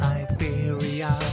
Siberia